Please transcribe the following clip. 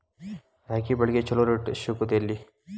ರಾಗಿ ಬೆಳೆಗೆ ಛಲೋ ರೇಟ್ ಸಿಗುದ ಎಲ್ಲಿ?